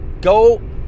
Go